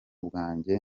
bwanjye